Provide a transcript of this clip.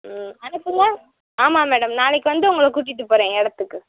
ம் அனுப்புங்கள் ஆமாம் மேடம் நாளைக்கு வந்து உங்களை கூட்டிகிட்டு போகறேன் இடத்துக்கு